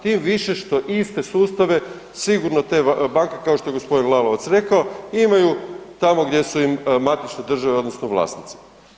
Tim više što iste sustave sigurno te banke kao što je gospodin Lalovac rekao imaju tamo gdje su im matične države, odnosno vlasnici.